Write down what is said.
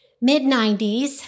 mid-90s